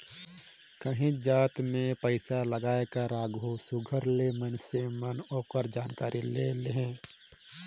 काहींच जाएत में पइसालगाए कर आघु सुग्घर ले मइनसे मन ओकर जानकारी ले लेहें